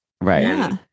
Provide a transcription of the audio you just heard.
right